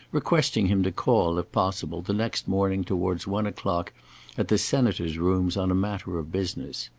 requesting him to call, if possible, the next morning towards one o'clock at the senator's rooms on a matter of business.